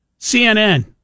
CNN